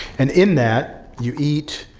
and in that, you eat,